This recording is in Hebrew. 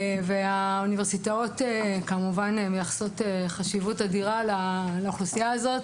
והאוניברסיטאות כמובן מייחסות חשיבות אדירה לאוכלוסייה הזו,